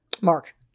Mark